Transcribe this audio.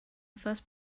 first